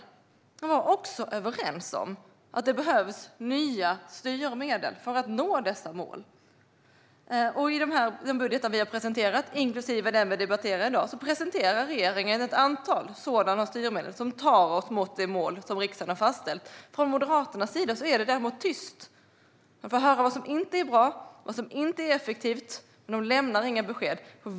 De var också överens om att det behövs nya styrmedel för att nå dessa mål. I den budget vi har presenterat inklusive det vi debatterar i dag presenterar regeringen ett antal sådana styrmedel som tar oss mot det mål som riksdagen har fastställt. Från Moderaternas sida är det däremot tyst. Vi får höra vad som inte är bra, inte är effektivt, men de lämnar inga besked.